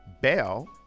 Bell